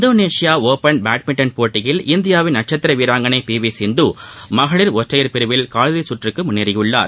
Indonesia open badminton போட்டியில் இந்தியாவின் நட்சத்திர வீராங்கனை பி வி சிந்து மகளிர் ஒற்றையர் பிரிவில் காலிறுதிச் சுற்றுக்கு முன்னேறியுள்ளார்